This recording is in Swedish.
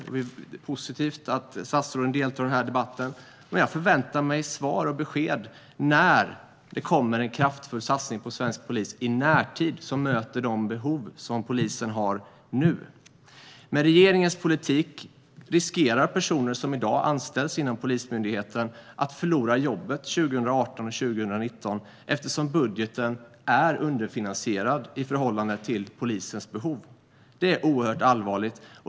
Det är positivt att statsråden deltar i debatten. Jag förväntar mig svar och besked. När kommer det en kraftfull satsning på svensk polis i närtid som möter de behov som polisen har nu? Med regeringens politik riskerar personer som i dag anställs inom Polismyndigheten att förlora jobbet 2018 och 2019 eftersom budgeten är underfinansierad i förhållande till polisens behov. Det är oerhört allvarligt.